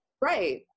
right